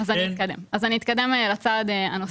אני אתקדם לצעד הנוסף.